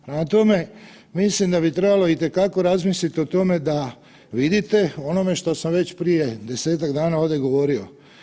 Prema tome, mislim da bi trebalo i te kako razmisliti o tome da vidite o onome što sam već prije 10-tak dana ovdje govorio.